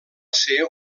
ser